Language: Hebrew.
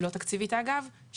לא תקציבית אגב,